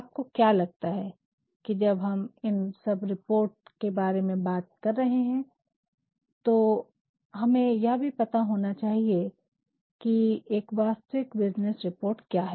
आपको क्या लगता है कि जब हम इन सब रिपोर्ट के बारे में बातें कर रहे हैं हमें यह भी पता होना चाहिए की एक वास्तविक बिजनेस रिपोर्ट क्या है